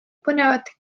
põnevat